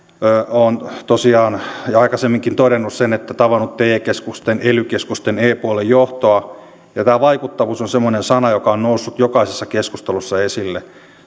olen tosiaan aikaisemminkin todennut sen että tavannut te keskusten ely keskusten e puolen johtoa ja tämä vaikuttavuus on semmoinen sana joka on noussut jokaisessa keskustelussa esille